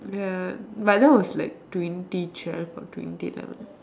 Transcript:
ya but that was like twenty twelve or twenty eleven